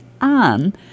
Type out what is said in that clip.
on